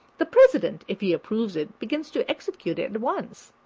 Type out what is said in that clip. the president, if he approves it, begins to execute it at once.